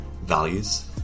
values